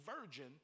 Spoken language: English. virgin